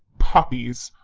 puppies!